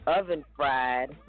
Oven-fried